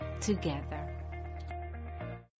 together